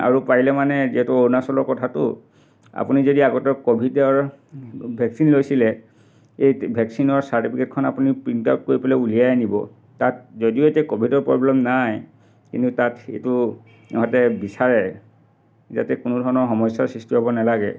আৰু পাৰিলে মানে যিহেতু অৰুণাচলৰ কথাতো আপুনি যদি আগতে ক'ভিডৰ ভেকচিন লৈছিলে সেই ভেকচিনৰ চাৰ্টিফিকেটখন আপুনি প্ৰিণ্ট আউট কৰি পেলাই উলিয়াই আনিব তাত যদিও এতিয়া ক'ভিডৰ প্ৰ'ব্লেম নাই কিন্তু তাত সেইটো সিহঁতে বিচাৰে যাতে কোনো ধৰণৰ সমস্যাৰ সৃষ্টি হ'ব নেলাগে